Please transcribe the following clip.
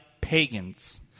pagans